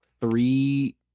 three